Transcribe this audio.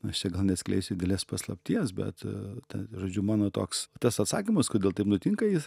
na aš čia gal neatskleisiu didelės paslapties bet ta žodžiu mano toks tas atsakymas kodėl taip nutinka jis